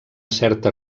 certa